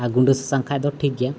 ᱟᱨ ᱜᱩᱸᱰᱟᱹ ᱥᱟᱥᱟᱝ ᱠᱷᱟᱡ ᱫᱚ ᱴᱷᱤᱠ ᱜᱮᱭᱟ